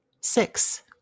Six